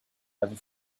never